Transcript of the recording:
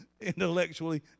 intellectually